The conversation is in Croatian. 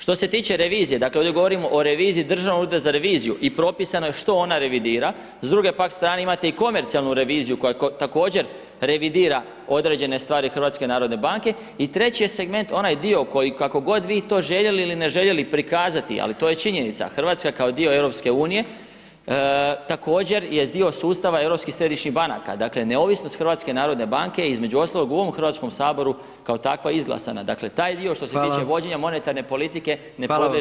Što se tiče revizije, dakle ovdje govorimo o reviziji Državnog ureda za reviziju i propisano što ona revidira, s druge pak strane imate i komercijalnu reviziju koja također revidira određene stvari HNB-a i treći je segment onaj dio koji kako god vi to željeli ili ne željeli prikazati ali to je činjenica, Hrvatska kao dio EU-a također je dio sustava europskih središnjih banaka dakle neovisnost HNB-a je između ostalog u ovom Hrvatskom saboru kao takva izglasana, dakle taj dio što se tiče vođenja monetarne politike ne podliježe reviziji.